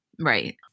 Right